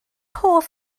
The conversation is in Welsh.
hoff